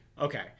Okay